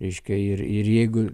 reiškia ir ir jeigu